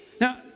Now